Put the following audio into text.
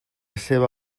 seua